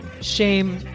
Shame